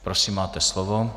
Prosím, máte slovo.